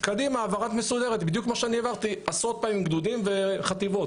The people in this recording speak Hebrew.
קדימה העברה מסודרת בדיוק כמו שאני העברתי עשרות פעמים גדודים וחטיבות.